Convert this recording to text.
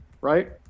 Right